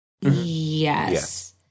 Yes